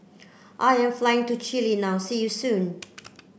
I am flying to Chile now see you soon